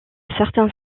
certains